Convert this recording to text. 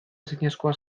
ezinezkoa